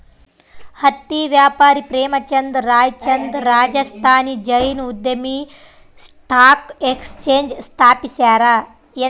ಹತ್ತಿ ವ್ಯಾಪಾರಿ ಪ್ರೇಮಚಂದ್ ರಾಯ್ಚಂದ್ ರಾಜಸ್ಥಾನಿ ಜೈನ್ ಉದ್ಯಮಿ ಸ್ಟಾಕ್ ಎಕ್ಸ್ಚೇಂಜ್ ಸ್ಥಾಪಿಸ್ಯಾರ